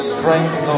Strength